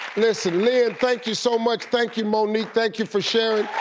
listen lynn thank you so much, thank you monique, thank you for sharing.